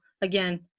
Again